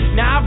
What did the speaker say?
Now